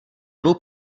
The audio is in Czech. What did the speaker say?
dvou